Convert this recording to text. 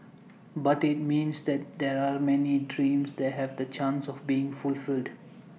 but IT means that there are many dreams that have the chance of being fulfilled